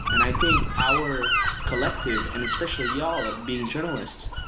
and i think our collective and especially y'all being journalists,